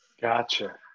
Gotcha